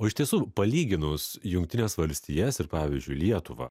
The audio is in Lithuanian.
o iš tiesų palyginus jungtines valstijas ir pavyzdžiui lietuvą